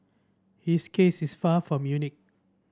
his case is far from unique